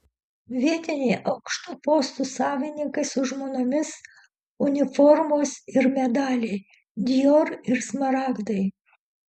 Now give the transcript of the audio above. vietiniai aukštų postų savininkai su žmonomis uniformos ir medaliai dior ir smaragdai